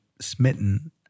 smitten